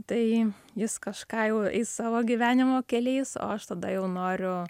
tai jis kažką jau eis savo gyvenimo keliais o aš tada jau noriu